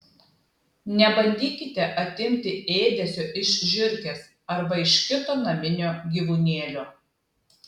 nebandykite atimti ėdesio iš žiurkės arba iš kito naminio gyvūnėlio